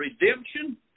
redemption